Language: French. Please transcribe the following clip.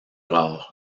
rare